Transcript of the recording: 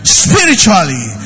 spiritually